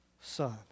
son